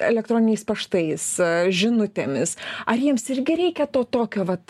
elektroniniais paštais žinutėmis ar jiems irgi reikia to tokio vat